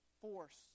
force